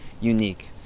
unique